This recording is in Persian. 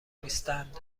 نیستند